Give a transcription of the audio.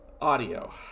Audio